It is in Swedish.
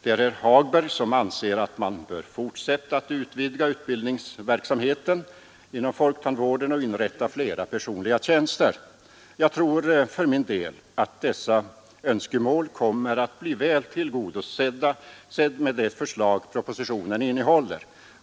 Det är herr Hagberg som anser att man bör fortsätta och utvidga utbildningsverksamheten inom folktandvården och inrätta fler personliga tjänster. Jag tror för min del att dessa önskemål kommer att bli väl tillgodosedda med det förslag propositionen innehåller.